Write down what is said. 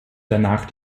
danach